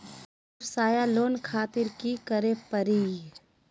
वयवसाय लोन खातिर की करे परी?